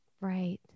Right